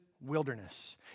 wilderness